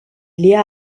lia